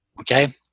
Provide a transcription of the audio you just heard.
Okay